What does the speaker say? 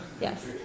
Yes